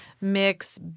mix